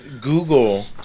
Google